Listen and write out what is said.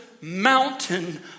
mountain